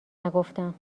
نگفتم